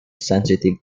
sensitive